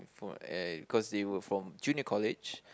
for uh cause they were from junior college